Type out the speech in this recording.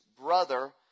brother